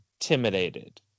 intimidated